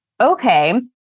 okay